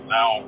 Now